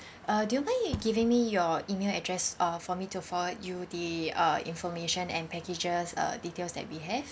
uh do you mind giving me your email address uh for me to forward you the uh information and packages uh details that we have